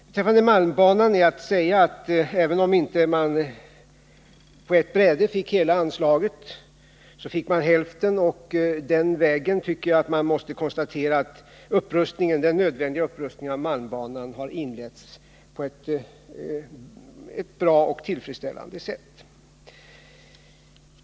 Beträffande malmbanan är att säga att även om man inte på ett bräde fick hela det anslag man hade önskat så fick man hälften, och jag tycker att man måste konstatera att den nödvändiga upprustningen av malmbanan nu inletts på ett tillfredsställande sätt.